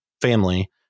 family